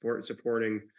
supporting